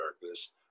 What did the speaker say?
darkness